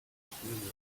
experience